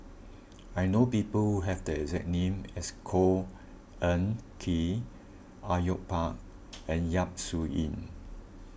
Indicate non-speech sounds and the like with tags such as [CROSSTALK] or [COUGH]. [NOISE] I know people who have the exact name as Khor Ean Ghee Au Yue Pak and Yap Su Yin